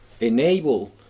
enable